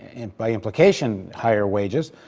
and by implication, higher wages.